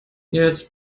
jetzt